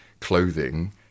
clothing